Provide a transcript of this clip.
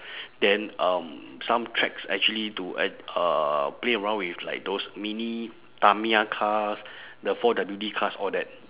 then um some tracks actually to act~ uh play around with like those mini tamiya cars the four W_D cars all that